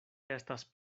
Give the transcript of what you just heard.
estas